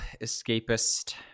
escapist